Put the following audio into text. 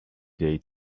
day